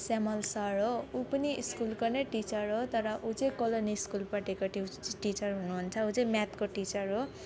Samuel sir हो ऊ पनि स्कुलको नै टिचर हो तर ऊ चाहिँ कोलोनी स्कुलपट्टिको ट्यु टिचर हुनुहुन्छ ऊ चाहिँ म्याथको टिचर हो